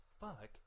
fuck